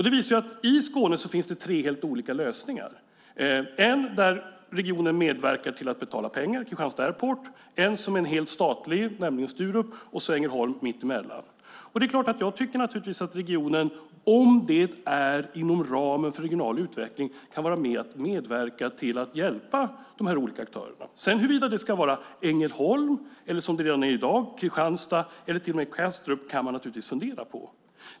Det visar att det i Skåne finns tre helt olika lösningar: en där regionen medverkar genom att betala pengar, Kristianstad Airport, en som är helt statlig, Sturup, och Ängelholm, mittemellan. Jag tycker naturligtvis att regionen, om det är inom ramen för regional utveckling, kan vara med och medverka till att hjälpa de olika aktörerna. Huruvida det ska vara Ängelholm, Kristianstad, som det redan är i dag, eller till och med Kastrup kan man naturligtvis fundera på.